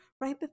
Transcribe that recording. right